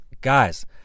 guys